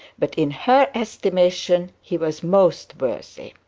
but in her estimation he was most worthy.